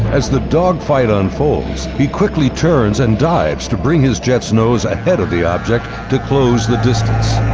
as the dogfight unfolds, he quickly turns and dives to bring his jet's nose ahead of the object to close the distance.